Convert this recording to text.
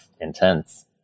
intense